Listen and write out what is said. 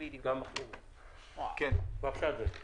בבקשה.